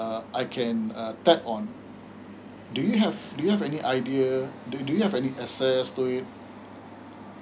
uh I can uh tap on do you have do you have any idea do you have access to it